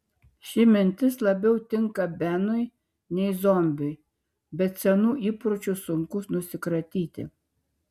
ši mintis labiau tinka benui nei zombiui bet senų įpročių sunku nusikratyti